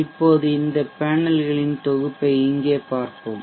இப்போது இந்த பேனல்களின் தொகுப்பை இங்கே பார்ப்போம்